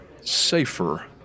safer